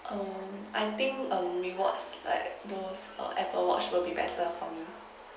um I think um rewards like those err Apple watch would be better for me